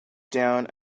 down